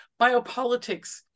Biopolitics